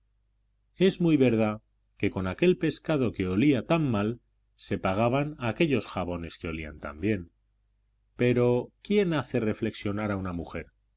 es muy verdad que con aquel pescado que olía tan mal se pagaban aquellos jabones que olían tan bien pero quién hace reflexionar a una mujer